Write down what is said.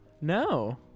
No